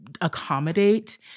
accommodate